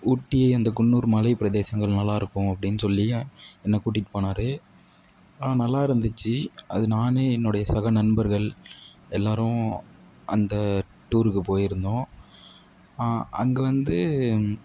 ஊட்டி அந்த குன்னூர் மலைப்பிரதேசங்கள் நல்லாயிருக்கும் அப்படின்னு சொல்லி என்னை கூட்டிட்டு போனார் நல்லா இருந்துச்சு அது நான் என்னுடைய சக நண்பர்கள் எல்லோரும் அந்த டூருக்கு போயிருந்தோம் அங்கே வந்து